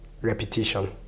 repetition